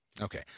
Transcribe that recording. okay